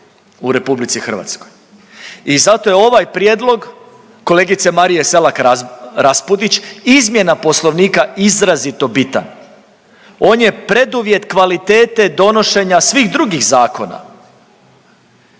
ljudi u RH. I zato je ovaj prijedlog kolegice Marije Selak Raspudić izmjena Poslovnika izrazito bitan. On je preduvjet kvalitete donošenja svih drugih zakona.